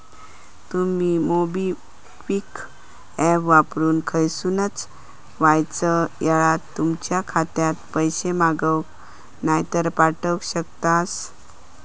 तुमी MobiKwik app वापरून खयसूनय वायच येळात तुमच्या खात्यात पैशे मागवक नायतर पाठवक शकतास